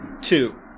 Two